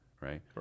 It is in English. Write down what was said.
right